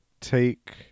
take